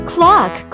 Clock